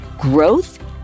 growth